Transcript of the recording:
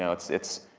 so it's, it's,